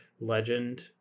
legend